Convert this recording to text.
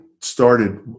started